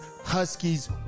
Huskies